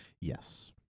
Yes